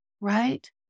Right